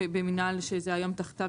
במינהל שזה תחתיו היום,